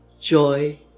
joy